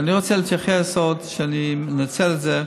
אני רוצה להתייחס עוד, אני מנצל את זה,